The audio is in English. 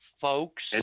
folks